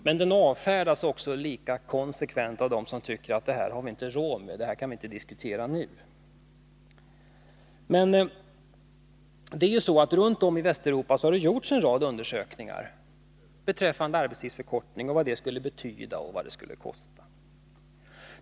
Men den avfärdas också lika konsekvent av dem som tycker att vi inte har råd med denna och att vi inte nu kan diskutera en sådan. Runt om i Västeuropa har det gjorts utredningar om förkortning av arbetstiden, vad det skulle betyda och vad det skulle kosta.